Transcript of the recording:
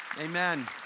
Amen